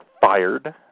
fired